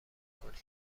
کنید